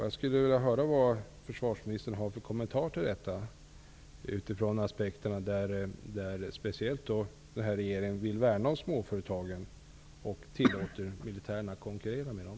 Jag skulle vilja ha försvarsministerns kommentarer till detta utifrån aspekten att denna regering speciellt vill värna om småföretagen, men ändå tillåter militären att konkurrera med dem.